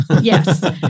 Yes